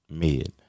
mid